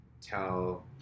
tell